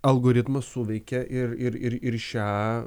algoritmas suveikia ir ir ir šią